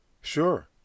Sure